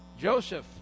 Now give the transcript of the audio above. Joseph